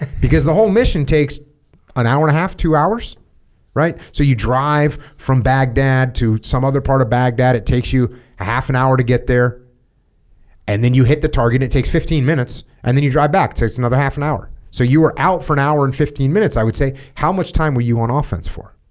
because the whole mission takes an hour and a half two hours right so you drive from baghdad to some other part of baghdad it takes you half an hour to get there and then you hit the target it takes fifteen minutes and then you drive back so it's another half an hour so you were out for an hour and fifteen minutes i would say how much time were you on offense for